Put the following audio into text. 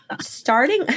starting